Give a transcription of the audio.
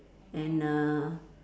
and uh